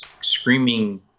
screaming